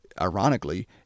ironically